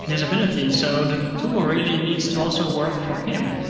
disability, so the tool really needs to also work for him,